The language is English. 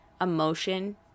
emotion